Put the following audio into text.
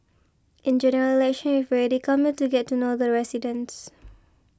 in General Election we've already come here to get to know the residents